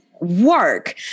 work